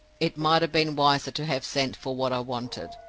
it might have been wiser to have sent for what i wanted.